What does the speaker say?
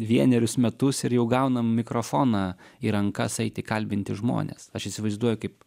vienerius metus ir jau gaunam mikrofoną į rankas eiti kalbinti žmones aš įsivaizduoju kaip